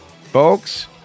folks